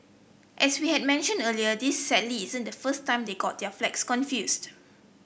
as we had mentioned earlier this sadly isn't the first time they got their flags confused